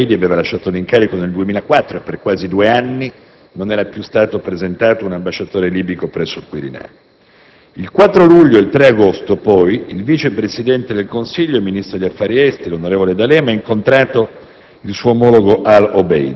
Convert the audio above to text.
L'ambasciatore Al Obeidi aveva, infatti, lasciato l'incarico nel 2004 e per quasi due anni non era stato più presentato un ambasciatore libico presso il Quirinale. Il 4 luglio ed il 3 agosto 2006, il vice presidente del Consiglio e ministro degli affari esteri, onorevole D'Alema, ha incontrato